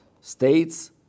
States